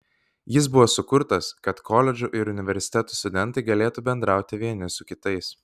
jis buvo sukurtas kad koledžų ir universitetų studentai galėtų bendrauti vieni su kitais